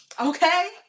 Okay